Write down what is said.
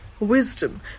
Wisdom